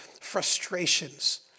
frustrations